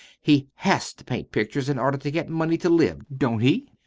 he has to paint pictures in order to get money to live, don't he?